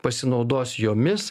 pasinaudos jomis